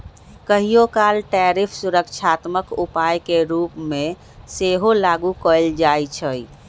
कहियोकाल टैरिफ सुरक्षात्मक उपाय के रूप में सेहो लागू कएल जाइ छइ